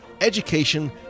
education